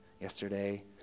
yesterday